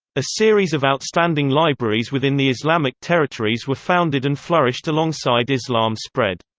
a series of outstanding libraries within the islamic territories were founded and flourished alongside islam spread.